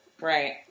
Right